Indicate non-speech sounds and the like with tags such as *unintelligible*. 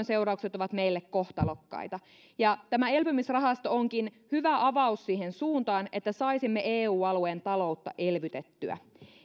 *unintelligible* seuraukset ovat meille kohtalokkaita tämä elpymisrahasto onkin hyvä avaus siihen suuntaan että saisimme eu alueen taloutta elvytettyä